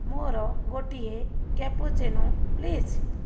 ମୋର ଗୋଟିଏ cappuccino please